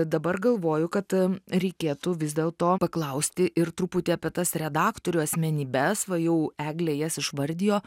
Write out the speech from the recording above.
dabar galvoju kad reikėtų vis dėlto paklausti ir truputį apie tas redaktorių asmenybes va jau eglė jas išvardijo